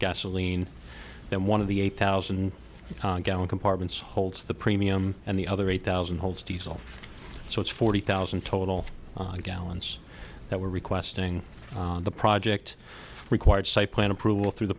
gasoline then one of the eight thousand gallon compartments holds the premium and the other eight thousand holds diesel so it's forty thousand total gallons that we're requesting the project required site plan approval through the